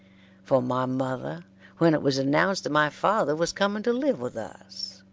for my mother when it was announced that my father was coming to live with us.